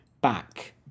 back